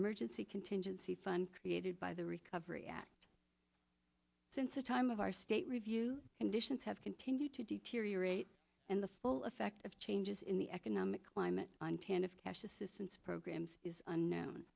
emergency contingency fund created by the recovery act since the time of our state review conditions have continued to deteriorate and the full effect of changes in the economic climate on tant of cash assistance programs is unknown